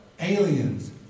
aliens